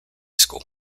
school